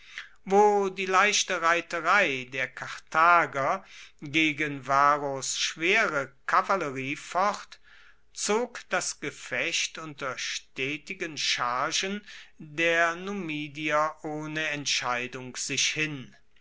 wo die leichte reiterei der karthager gegen varros schwere kavallerie focht zog das gefecht unter stetigen chargen der numidier ohne entscheidung sich hin